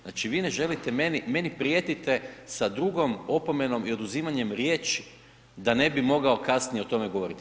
Znači vi ne želite, meni prijetite sa drugom opomenom i oduzimanjem riječi da ne bi mogao kasnije o tome govoriti.